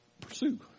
pursue